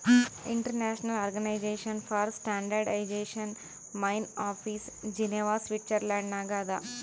international organization for standardization main office Geneva Switzerland ನಾಗ್ ಅದಾ